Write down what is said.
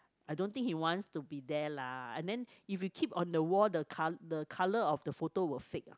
I don't think he wants to be there lah and then if you keep on the wall the col~ the colour of the photo will fade